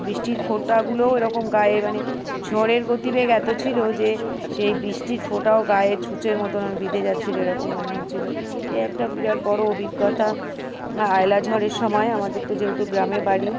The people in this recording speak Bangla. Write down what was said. বৃষ্টির ফোটাগুলোও এরকম গায়ে মানে ঝড়ের গতিবেগ এত ছিল যে সেই বৃষ্টির ফোটাও গায়ে ছুঁচের মতন বিঁধে যাচ্ছিলো এরকম মনে হচ্ছিলো এই একটা বিরাট বড়ো অভিজ্ঞতা আয়লা ঝড়ের সময় আমাদের তো যেহেতু গ্রামে বাড়ি